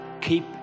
Keep